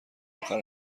اخر